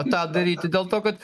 tą daryti dėl to kad